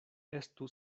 estu